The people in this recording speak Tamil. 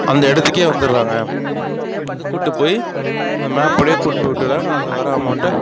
அந்த இடத்துக்கே வந்துடுறாங்க வந்து கூப்பிட்டு போய் அந்த மேப் வழியாக கூப்பிட்டுன்னு போய் விட்டுறாங்க அதில் வர அமௌண்ட